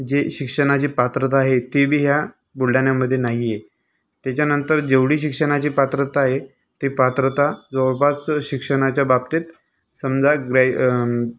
जे शिक्षणाची पात्रता आहे तीबी ह्या बुलढाण्यामध्ये नाही आहे त्याच्यानंतर जेवढी शिक्षणाची पात्रता आहे ते पात्रता जवळपास शिक्षणाच्या बाबतीत समजा ग्राय